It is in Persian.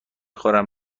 خورم